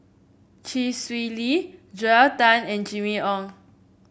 Chee Swee Lee Joel Tan and Jimmy Ong